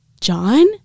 John